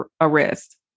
arrest